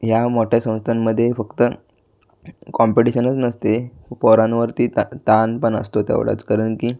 ह्या मोठ्या संस्थांमध्ये फक्त कॉम्पिटिशनच नसते पोरांवरती ता ताण पण असतो तेवढाच कारण की